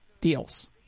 deals